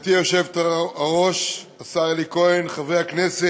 גברתי היושבת-ראש, השר אלי כהן, חברי הכנסת,